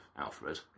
Alfred